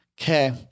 Okay